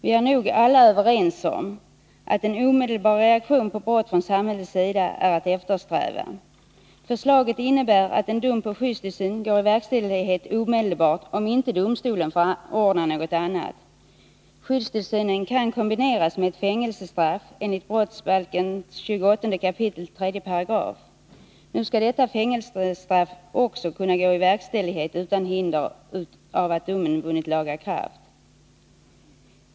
Vi är nog alla överens om att en omedelbar reaktion på brott är att eftersträva från samhällets sida. Förslaget innebär att en dom på skyddstillsyn går i verkställighet omedelbart, om inte domstolen förordar något annat. Skyddstillsynen kan kombineras med ett fängelsestraff enligt brottsbalken 28 kap. 3 §. Nu skall detta fängelsestraff också kunna gå i verkställighet utan hinder av att domen har vunnit laga kraft.